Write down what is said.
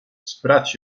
sprać